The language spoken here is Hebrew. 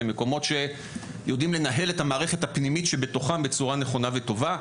למקומות שיודעים לנהל את המערכת הפנימית שבתוכם בצורה נכונה וטובה,